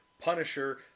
Punisher